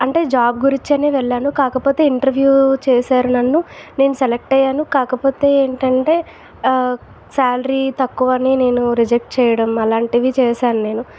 job గురించి అనే వెళ్ళాను కాకపోతే ఇంటర్వ్యు చేశారు నన్ను నేను సెలెక్ట్ అయ్యాను కాకపోతే ఏమిటంటే సాలరీ తక్కువని నేను రిజెక్ట్ చేయడం అలాంటివి చేశాను నేను